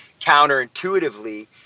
counterintuitively